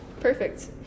Perfect